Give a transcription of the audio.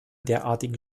derartigen